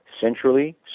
centrally